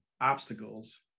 obstacles